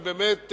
ובאמת,